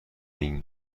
ایم